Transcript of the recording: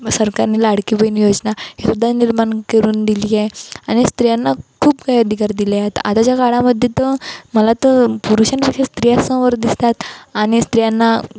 सरकारने लाडकी बहीण योजना हे सुद्धा निर्माण करून दिली आहे आणि स्त्रियांना खूप काही अधिकार दिले आहेत आताच्या काळामध्ये तर मला तर पुरुषांपेक्षा स्त्रियासमोर दिसतात आणि स्त्रियांना